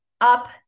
up